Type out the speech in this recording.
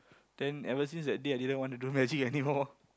then ever since that day I didn't want to do magic anymore